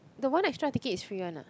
the one extra ticket is free one ah